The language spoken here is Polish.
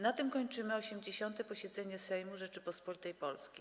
Na tym kończymy 80. posiedzenie Sejmu Rzeczypospolitej Polskiej.